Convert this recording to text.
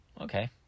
Okay